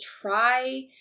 try